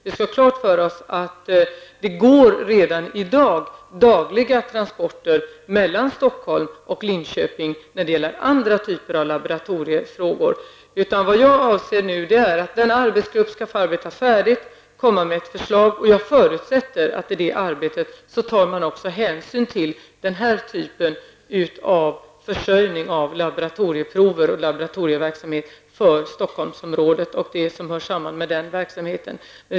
Vi skall ha klart för oss att det redan i dag går dagliga transporter mellan Stockholm och Linköping när det gäller andra typer av laboratoriefrågor. Så arbetsgruppen skall få arbeta färdigt och komma med förslag. Jag förutsätter att man i arbetsgruppen också tar hänsyn till den här typen av försörjning av laboratorieprover och laboratorieverksamhet för Stockholms område och det som hör samman med verksamheten där.